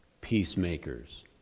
peacemakers